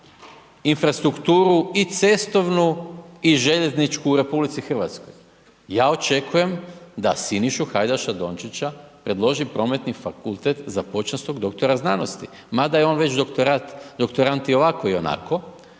infrastrukturu, i cestovnu, i željezničku u Republici Hrvatskoj? Ja očekujem da Sinišu Hajdaša Dončića predloži Prometni fakultet za počasnog doktora znanosti, mada je on već doktorat, doktorant i ovako,